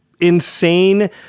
insane